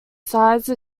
size